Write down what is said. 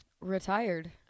retired